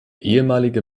ehemalige